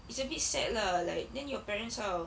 it's a bit sad lah like then your parents how